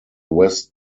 west